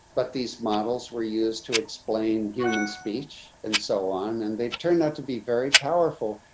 but these models were used to explain human speech and so on, and they've turned out to be very powerful,